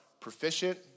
proficient